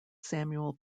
samuel